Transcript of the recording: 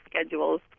schedules